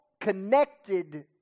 connected